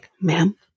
Ma'am